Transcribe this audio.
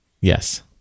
Yes